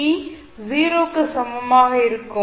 t 0 க்கு சமமாக இருக்கும்